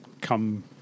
come